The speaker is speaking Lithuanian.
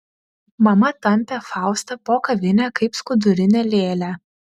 mama tampė faustą po kavinę kaip skudurinę lėlę